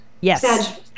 Yes